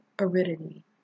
aridity